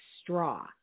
straw